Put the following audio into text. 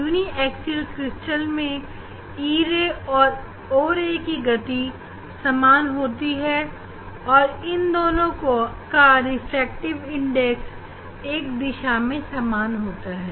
यूनीएकसीएल crystal मैं e ray और o ray की गति और इन दोनों का रिफ्रैक्टिव इंडेक्स एक दिशा में समान होता है